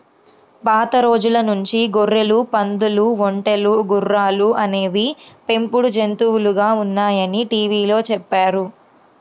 పాత రోజుల నుంచి గొర్రెలు, పందులు, ఒంటెలు, గుర్రాలు అనేవి పెంపుడు జంతువులుగా ఉన్నాయని టీవీలో చెప్పారు